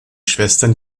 schwestern